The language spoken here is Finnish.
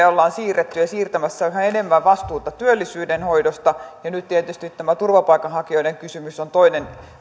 ollaan siirretty ja siirtämässä yhä enemmän vastuuta työllisyyden hoidosta ja nyt tietysti tämä turvapaikanhakijoiden kysymys on toinen